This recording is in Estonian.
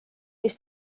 mis